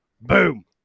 Boom